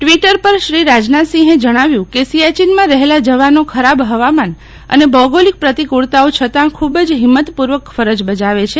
Twitter પર શ્રી રાજનાથસિંહે જણાવ્યું કે સીયાચીનમાં રહેલા જવાનો ખરાબ હવામાન અને ભૌગોલિક પ્રતિકૂળતાઓ છતાં ખૂબ જ હિંમતપૂર્વક ફરજ બજાવે છે